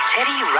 Teddy